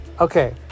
okay